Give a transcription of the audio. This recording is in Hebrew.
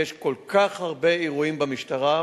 יש כל כך הרבה אירועים במשטרה,